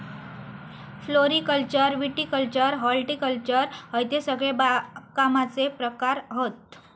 floriculture viticulture horticulture हयते सगळे बागकामाचे प्रकार हत